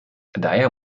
daher